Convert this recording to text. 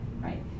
Right